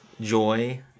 joy